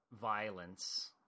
violence